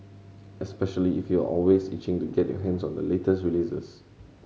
especially if you're always itching to get your hands on the latest releases